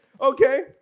Okay